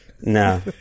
No